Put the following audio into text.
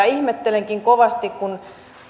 ihmettelenkin kovasti kun